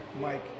Mike